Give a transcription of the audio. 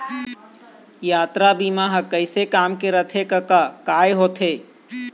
यातरा बीमा ह कइसे काम के रथे कका काय होथे?